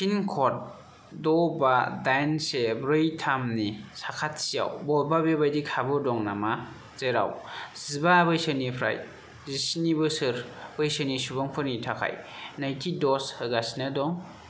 pin code द' बा दाइन से ब्रै थाम नि साखाथियाव बबेबा बेबादि खाबु दं नामा जेराव जिबा बोसोरनिफ्राय जि स्नि बोसोर बैसोनि सुबुंफोरनि थाखाय नैथि दज होगासिनो दं